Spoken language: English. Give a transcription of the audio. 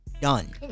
done